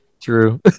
True